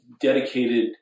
dedicated